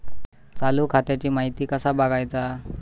चालू खात्याची माहिती कसा बगायचा?